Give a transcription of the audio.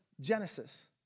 Genesis